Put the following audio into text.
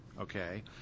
Okay